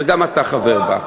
וגם אתה חבר בה.